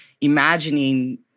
imagining